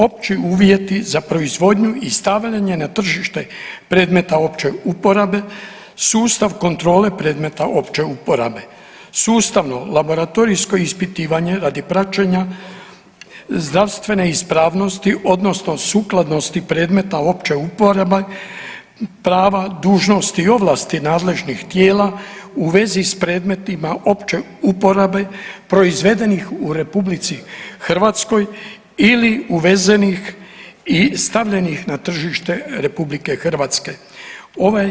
Opći uvjeti za proizvodnju i stavljanje na tržište predmeta opće uporabe, sustav kontrole predmeta opće uporabe, sustavno laboratorijsko ispitivanje radi praćenja zdravstvene ispravnosti odnosno sukladnosti predmeta opće uporabe, prava, dužnosti i ovlasti nadležnih tijela u vezi sa predmetima opće uporabe proizvedenih u Republici Hrvatskoj ili uvezenih i stavljenih na tržište Republike Hrvatske.